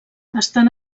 estan